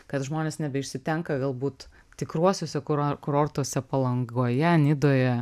kad žmonės nebeišsitenka galbūt tikruosiuose kuror kurortuose palangoje nidoje